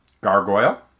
Gargoyle